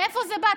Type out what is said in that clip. מאיפה זה בא?